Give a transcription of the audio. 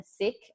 sick